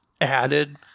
added